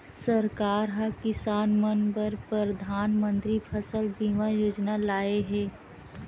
सरकार ह किसान मन बर परधानमंतरी फसल बीमा योजना लाए हे